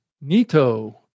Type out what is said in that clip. Nito